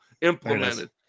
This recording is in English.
implemented